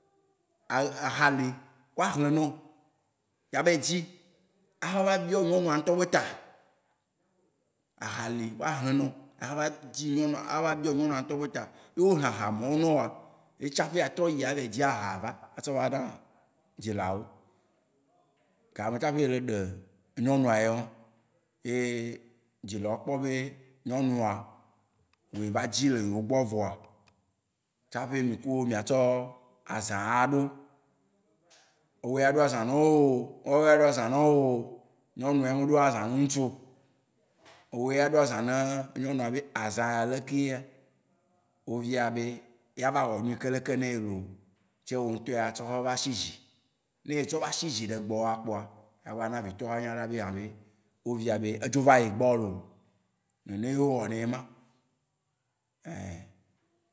A- aha li wó ahle newò yea vayi dzi axɔ va biɔ nyɔnua ŋutɔ be ta. Aha li wó ahle nawò axɔ va biɔ nyɔnua ŋutɔ be ta. Ne wó hle aha mawó ne wòa, ye tsaƒe atrɔ yi avayi dzi aha va, atsɔ va na dzilawo. Gama me tsaƒe ele ɖe nyɔnua yewan. Ye dzilawo kpɔ be nyɔnua yi eva dzi le yewó gbɔ vɔa, tsaƒe mì kuwó mìa tsɔ azã a ɖo. Ewòe aɖo azã ne wó oo, wóawoe aɖo azã ne wò oo. Nyɔnu ya me ɖona azã ne nutsu oo. Ewòe aɖo azã ne nyɔnua be azã ya lekea, wóvia be wó dza va wɔ nu yike leke ne loo. Tsae wò ŋutɔ atsɔ va sizi. Ne etsɔ va sizi le gbɔwa kpoa agba ana vitɔwó anya ɖa be ɛ be wó via, be edzo va ye gbɔ loo. Nene yeo wɔnae yema.